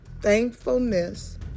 Thankfulness